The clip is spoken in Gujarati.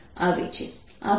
આભાર